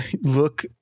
look